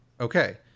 Okay